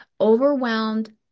overwhelmed